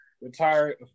retired